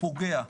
פוגע,